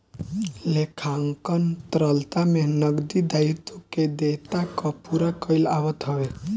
लेखांकन तरलता में नगदी दायित्व के देयता कअ पूरा कईल आवत हवे